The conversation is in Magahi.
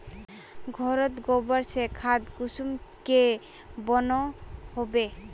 घोरोत गबर से खाद कुंसम के बनो होबे?